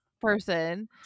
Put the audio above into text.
person